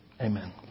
Amen